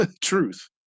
truth